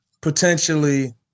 potentially